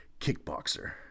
Kickboxer